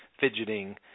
fidgeting